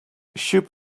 should